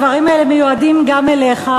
הדברים האלה מיועדים גם אליך.